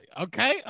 Okay